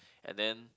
and then